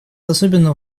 особенно